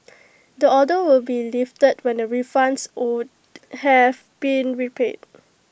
the order will be lifted when the refunds owed have been repaid